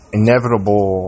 inevitable